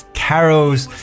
carols